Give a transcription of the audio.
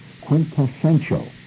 quintessential